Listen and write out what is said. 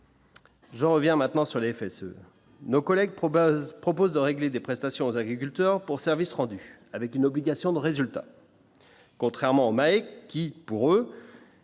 J'en reviens maintenant sur les fesses, nos collègues pro-base propose de régler des prestations aux agriculteurs pour services rendus, avec une obligation de résultat, contrairement aux qui, pour eux,